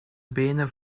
benen